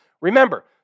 Remember